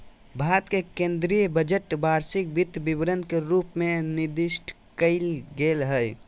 भारत के केन्द्रीय बजट वार्षिक वित्त विवरण के रूप में निर्दिष्ट कइल गेलय हइ